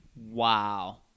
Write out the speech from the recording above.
wow